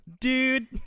dude